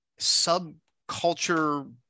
subculture